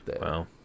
Wow